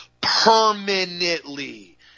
permanently